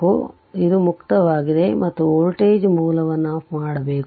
ಆದ್ದರಿಂದ ಇದು ಮುಕ್ತವಾಗಿದೆ ಮತ್ತು ವೋಲ್ಟೇಜ್ ಮೂಲವನ್ನು ಆಫ್ ಮಾಡಬೇಕು